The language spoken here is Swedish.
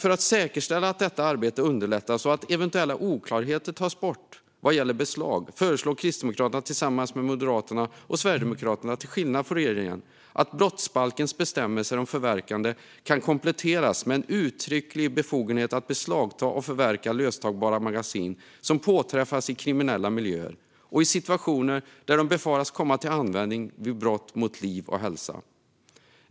För att säkerställa att detta arbete underlättas och att eventuella oklarheter tas bort vad gäller beslag föreslår Kristdemokraterna tillsammans med Moderaterna och Sverigedemokraterna, till skillnad från regeringen, att brottsbalkens bestämmelser om förverkande kan kompletteras med en uttrycklig befogenhet att beslagta och förverka löstagbara magasin som påträffas i kriminella miljöer och i situationer där de befaras komma till användning vid brott mot liv eller hälsa.